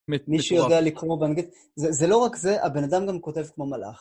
מישהו יודע לקרא באנגלית? זה לא רק זה, הבן אדם גם כותב כמו מלאך.